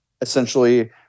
essentially